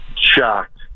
shocked